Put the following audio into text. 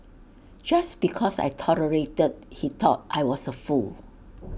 just because I tolerated he thought I was A fool